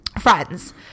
Friends